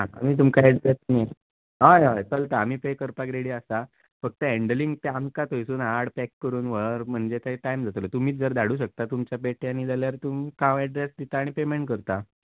आं आमी तुमकां ऐड्रेस हय हय चलता आमी पे करपाक रेडी आसा फक्त हॅडलिंग ते आमकां थंयसून हाड पॅक करून व्हर म्हणजे ते टायम जातलो तुमीच जर धाडूंक शकता तुमच्या पेठ्यांनी जाल्यार तुमकां हांव एड्रेस दिता आनी पेमेंट करता